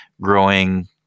growing